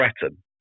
threaten